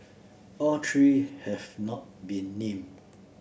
all three have not been named